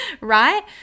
right